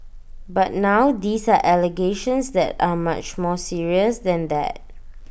but now these are allegations that are much more serious than that